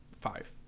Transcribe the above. Five